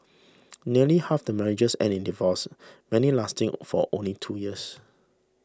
nearly half the marriages end in divorce many lasting for only two years